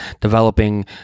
developing